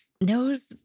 Knows